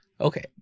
Okay